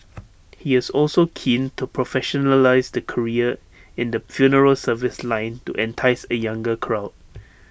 he is also keen to professionalise the career in the funeral service line to entice A younger crowd